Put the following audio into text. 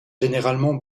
généralement